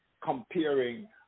comparing